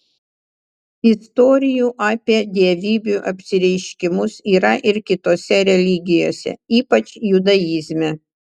istorijų apie dievybių apsireiškimus yra ir kitose religijose ypač judaizme